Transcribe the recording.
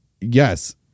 yes